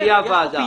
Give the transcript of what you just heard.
בלי הוועדה.